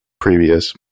previous